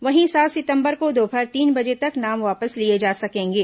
वहीं सात सितंबर को दोपहर तीन बजे तक नाम वापस लिए जा सकेंगे